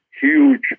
huge